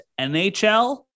NHL